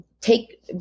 Take